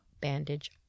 bandage